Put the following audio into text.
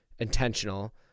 intentional